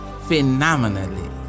Phenomenally